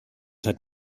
hat